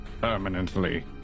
Permanently